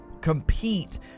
compete